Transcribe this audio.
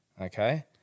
Okay